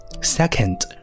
Second